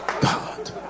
God